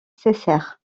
cessèrent